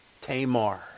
Tamar